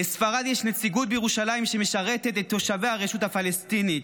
לספרד יש נציגות בירושלים שמשרתת את תושבי הרשות הפלסטינית.